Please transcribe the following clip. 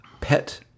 pet